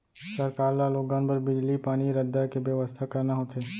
सरकार ल लोगन बर बिजली, पानी, रद्दा के बेवस्था करना होथे